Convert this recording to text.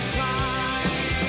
time